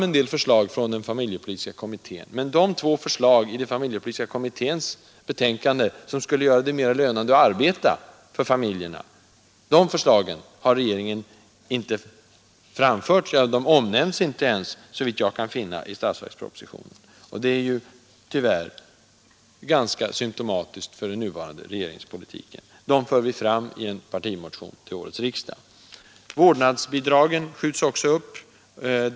En del förslag från den familjepolitiska kommittén har alltså förts vidare, men de två förslag i kommitténs betänkande som skulle göra det mera lönande att arbeta för familjerna omnämns inte ens, såvitt jag kan finna, i statsverkspropositionen. Det är tyvärr ganska symtomatiskt för den nuvarande regeringspolitiken. De förslagen framlägger vi i en partimotion till årets riksdag. Vårdnadsbidragen skjuts också upp.